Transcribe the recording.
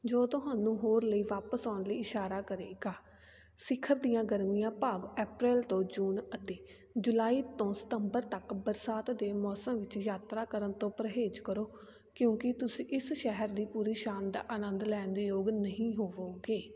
ਜੋ ਤੁਹਾਨੂੰ ਹੋਰ ਲਈ ਵਾਪਸ ਆਉਣ ਲਈ ਇਸ਼ਾਰਾ ਕਰੇਗਾ ਸਿਖਰ ਦੀਆਂ ਗਰਮੀਆਂ ਭਾਵ ਐਪ੍ਰੈਲ ਤੋਂ ਜੂਨ ਅਤੇ ਜੁਲਾਈ ਤੋਂ ਸਤੰਬਰ ਤੱਕ ਬਰਸਾਤ ਦੇ ਮੌਸਮ ਵਿੱਚ ਯਾਤਰਾ ਕਰਨ ਤੋਂ ਪਰਹੇਜ਼ ਕਰੋ ਕਿਉਂਕਿ ਤੁਸੀਂ ਇਸ ਸ਼ਹਿਰ ਦੀ ਪੂਰੀ ਸ਼ਾਨ ਦਾ ਆਨੰਦ ਲੈਣ ਦੇ ਯੋਗ ਨਹੀਂ ਹੋਵੋਗੇ